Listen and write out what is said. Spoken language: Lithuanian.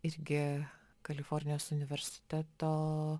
irgi kalifornijos universiteto